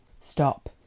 Stop